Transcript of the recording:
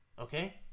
okay